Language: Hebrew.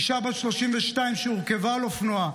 אישה בת 32 שהורכבה על אופנוע,